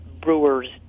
brewers